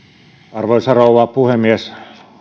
arvoisa rouva puhemies